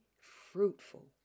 fruitful